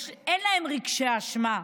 אין להם רגשי אשמה.